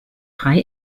drei